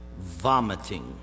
vomiting